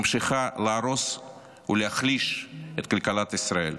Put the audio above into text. ממשיכה להרוס ולהחליש את כלכלת ישראל.